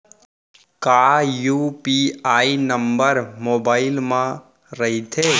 का UPI number mobile म रहिथे?